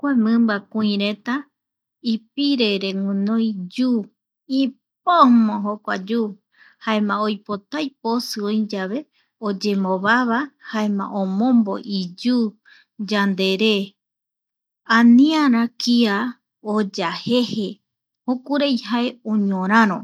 Kua mimba kuireta ipirereguinoi yu, ipomo jokua yu, jaema oipotai posi oi yave oyembovava jaema omombo iyu yandere aniara kia oya jeje jokurai jae oñoraro.